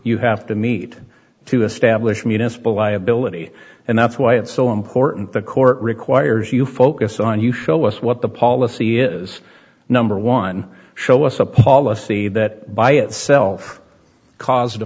you have to meet to establish municipal liability and that's why it's so important the court requires you focus on you show us what the policy is number one show us a policy that by itself cause a